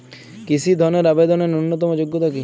কৃষি ধনের আবেদনের ন্যূনতম যোগ্যতা কী?